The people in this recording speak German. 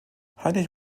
heinrich